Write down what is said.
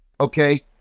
okay